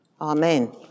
Amen